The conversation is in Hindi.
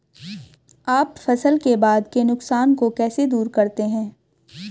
आप फसल के बाद के नुकसान को कैसे दूर करते हैं?